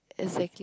exactly